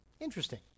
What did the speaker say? Interesting